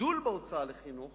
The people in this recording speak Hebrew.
הגידול בהוצאה לחינוך